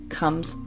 comes